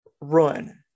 run